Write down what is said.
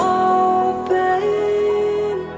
open